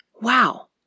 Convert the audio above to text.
Wow